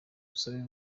urusobe